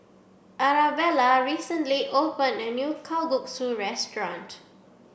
Arabella recently opened a new Kalguksu restaurant